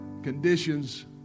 conditions